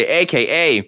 aka